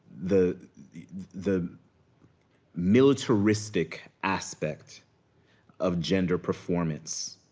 the the. the militaristic aspect of gender performance,